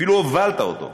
אפילו הובלת אותו.